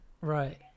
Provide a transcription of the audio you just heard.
right